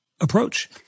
approach